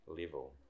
level